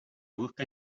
busca